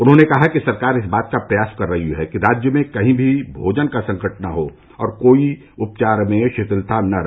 उन्होंने कहा कि सरकार इस बात का प्रयास कर रही है कि राज्य में कहीं भी भोजन का संकट न हो और उपचार में कोई भी शिथिलता न रहे